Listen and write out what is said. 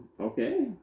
okay